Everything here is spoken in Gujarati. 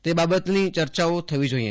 તે બાબતની ચર્ચાઓ થવી જોઇએ